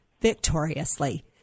victoriously